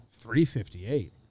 358